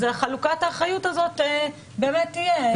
חלוקת האחריות הזאת באמת תהיה בין כולם.